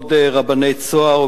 כבוד רבני "צהר",